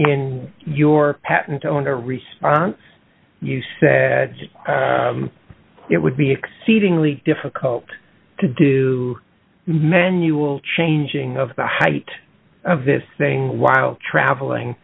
in your patent on a response you said it would be exceedingly difficult to do manual changing of the height of this thing while traveling